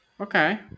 okay